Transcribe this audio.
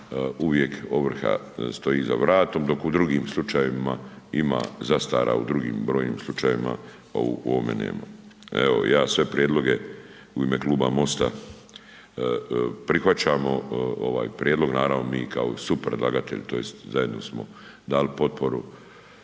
uvijek ovrha stoji za vratom, dok u drugim slučajevima ima zastara u drugim brojnim slučajevima, a u ovome nema. Evo ja sve prijedloge u ime Kluba MOST-a prihvaćamo, ovaj prijedlog mi kao supredlagatelj tj. zajedno smo dali potporu